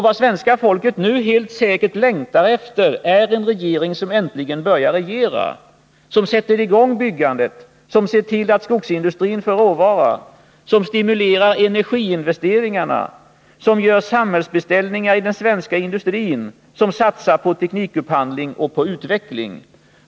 Vad svenska folket nu helt säkert längtar efter är en regering som äntligen börjar regera, som sätter i gång byggandet, som ser till att skogsindustrin får råvara, som stimulerar energiinvesteringarna, som gör samhällsbeställningar i den svenska industrin, som satsar på teknikupphandling och utveckling.